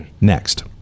next